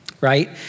Right